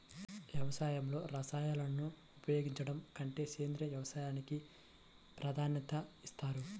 వ్యవసాయంలో రసాయనాలను ఉపయోగించడం కంటే సేంద్రియ వ్యవసాయానికి ప్రాధాన్యత ఇస్తారు